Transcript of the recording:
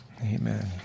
Amen